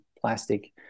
plastic